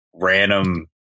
random